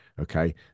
okay